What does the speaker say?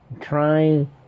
trying